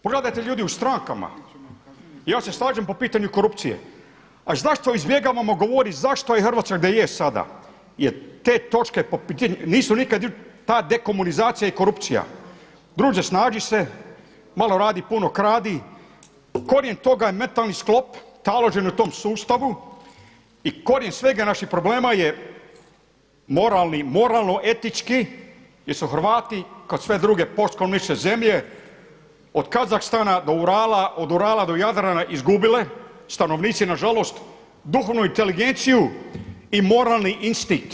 Pogledajte ljude u strankama, ja se slažem po pitanju korupcije, a zašto izbjegavamo govoriti zašto je Hrvatska gdje je sada jer te točke po pitanju nisu nikada ta dekomunizacija i korupcija, druže snađi se, malo radi puno kradi, korijen toga je mentalni sklop, taložen u tom sustavu i korijen svega naših problema je moralno-etički jer su Hrvati kao i sve druge postkomunističke zemlje od Kazahstana do Urala od Urala do Jadrana izgubile, stanovnici nažalost duhovnu inteligenciju i moralni instinkt.